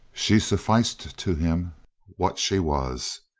she sufficed to him what she was.